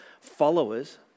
followers